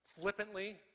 flippantly